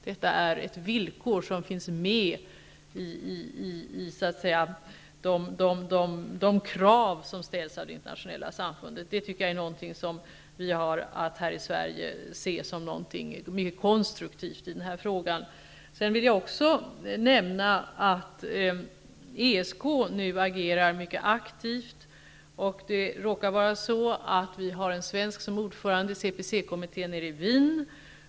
Detta är ett villkor som finns med bland de krav som ställs av det internationella samfundet. Det tycker jag att vi här i Sverige har anledning att se som något mycket konstruktivt i den här frågan. Sedan vill jag också nämna att ESK nu agerar mycket aktivt. Det råkar vara så att vi har en svensk som ordörande i CPC-kommittén i Wien.